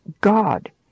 God